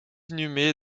inhumé